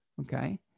Okay